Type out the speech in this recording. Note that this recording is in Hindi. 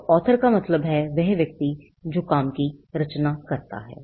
तोauthor का मतलब है कि वह व्यक्ति जो काम की रचना करता है